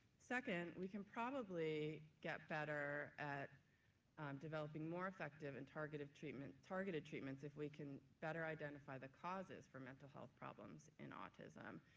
second, we can probably get better at developing more effective and targeted treatments targeted treatments if we can better identify the causes for mental health problems in autism.